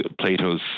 Plato's